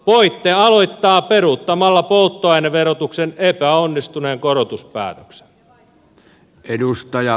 voitte aloittaa peruuttamalla polttoaineverotuksen epäonnistuneen korotuspäätöksen